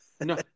No